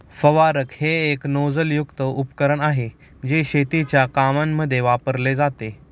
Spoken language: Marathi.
फवारक हे एक नोझल युक्त उपकरण आहे, जे शेतीच्या कामांमध्ये वापरले जाते